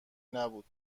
نبود